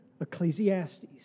Ecclesiastes